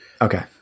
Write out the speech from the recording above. Okay